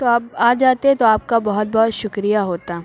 تو آب آ جاتے تو آپ کا بہت بہت شُکریہ ہوتا